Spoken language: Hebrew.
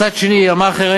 ומצד שני המאכערים.